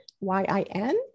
Y-I-N